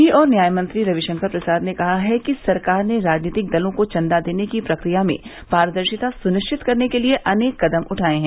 विवि और न्यायमंत्री रविशंकर प्रसाद ने कहा है कि सरकार ने राजनीतिक दलों को चंदा देने की प्रक्रिया में पारदर्शिता सुनिश्कित करने के लिए अनेक कदम उठाए हैं